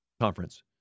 conference